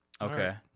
Okay